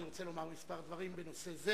אני רוצה לומר כמה דברים בנושא זה